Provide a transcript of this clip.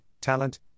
Talent